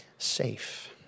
safe